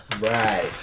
Right